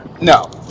No